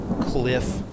cliff